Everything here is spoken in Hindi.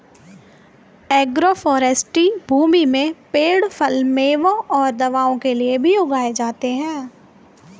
एग्रोफ़ोरेस्टी भूमि में पेड़ फल, मेवों और दवाओं के लिए भी उगाए जाते है